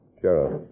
Sheriff